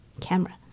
camera